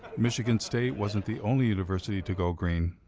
michigan state wasn't the only university to go green.